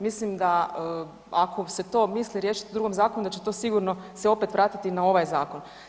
Mislim da ako se to misli riješiti u drugom zakonu, da će to sigurno opet se vratiti na ovaj zakon.